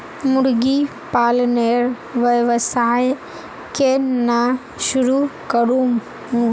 मुर्गी पालनेर व्यवसाय केन न शुरु करमु